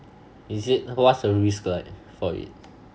is it what's the risk like for it